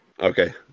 okay